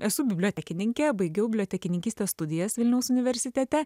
esu bibliotekininkė baigiau bibliotekininkystės studijas vilniaus universitete